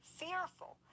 fearful